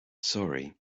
sorry